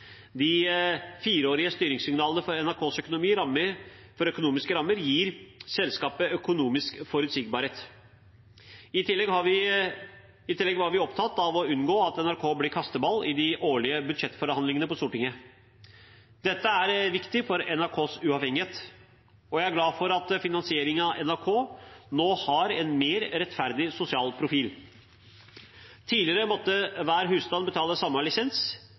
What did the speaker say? De fireårige styringssignalene for NRKs økonomiske rammer gir selskapet økonomisk forutsigbarhet. I tillegg var vi opptatt av å unngå at NRK blir kasteball i de årlige budsjettforhandlingene på Stortinget. Dette er viktig for NRKs uavhengighet. Og jeg er glad for at finansieringen av NRK nå har en mer rettferdig sosial profil. Tidligere måtte hver husstand betale samme lisens,